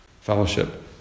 fellowship